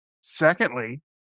Secondly